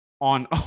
on